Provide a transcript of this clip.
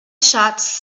shots